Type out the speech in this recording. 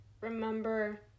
remember